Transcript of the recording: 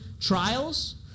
trials